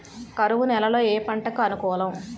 కరువు నేలలో ఏ పంటకు అనుకూలం?